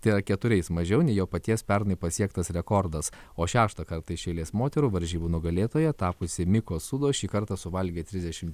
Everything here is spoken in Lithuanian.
tai yra keturiais mažiau nei jo paties pernai pasiektas rekordas o šeštą kartą iš eilės moterų varžybų nugalėtoja tapusi miko sūdo šį kartą suvalgė trisdešim